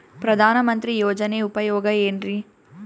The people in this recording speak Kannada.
ಪ್ರಧಾನಮಂತ್ರಿ ಯೋಜನೆ ಉಪಯೋಗ ಏನ್ರೀ?